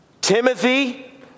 timothy